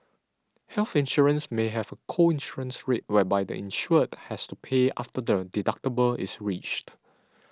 health insurance may have a co insurance rate whereby the insured has to pay after the deductible is reached